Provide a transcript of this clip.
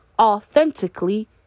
authentically